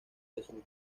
jesús